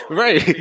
right